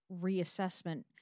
reassessment